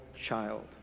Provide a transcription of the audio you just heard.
child